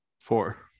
Four